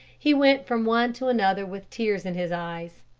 he went from one to another with tears in his eyes.